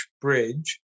Bridge